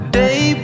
day